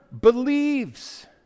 believes